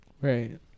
right